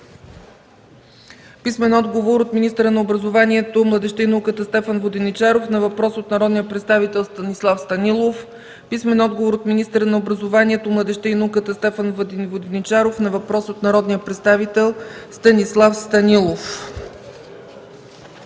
Хасан Адемов; - министъра на образованието, младежта и науката Стефан Воденичаров на въпрос от народния представител Станислав Станилов; - министъра на образованието, младежта и науката Стефан Воденичаров на въпрос от народния представител Станислав Станилов.